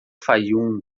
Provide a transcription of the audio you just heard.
fayoum